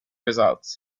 results